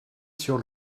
sur